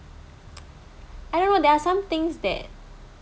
I don't know there are somethings that